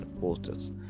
posters